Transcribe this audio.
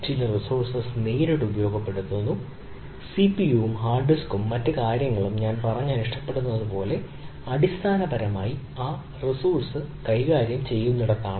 ചില റിസോഴ്സ് നേരിട്ട് ഉപയോഗപ്പെടുത്തുന്നു സിപിയുവും ഹാർഡ് ഡിസ്കും മറ്റ് കാര്യങ്ങളും ഞാൻ പറഞ്ഞാൽ ഇഷ്ടപ്പെടുന്നതുപോലെ ചിലത് അടിസ്ഥാനപരമായി ആ റിസോഴ്സ് കൈകാര്യം ചെയ്യുന്നതിനാണ്